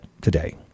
today